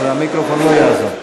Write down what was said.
אז המיקרופון לא יעזור.